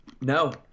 No